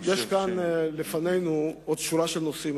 יש כאן לפנינו עוד שורה של נושאים,